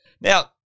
Now